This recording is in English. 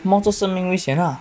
冒着生命危险啦